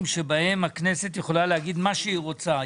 בהם הכנסת יכולה להגיד מה שהיא רוצה,